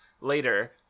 later